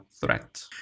threat